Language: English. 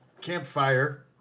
campfire